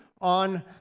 on